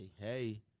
Hey